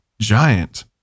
Giant